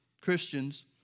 Christians